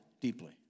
deeply